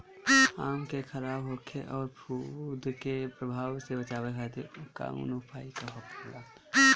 आम के खराब होखे अउर फफूद के प्रभाव से बचावे खातिर कउन उपाय होखेला?